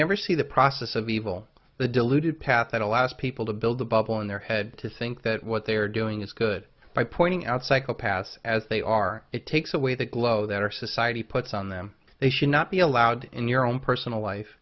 never see the process of evil the deluded path that allows people to build the bubble in their head to think that what they are doing is good by pointing out psychopaths as they are it takes away the glow that our society puts on them they should not be allowed in your own personal life